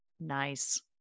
Nice